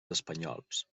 espanyols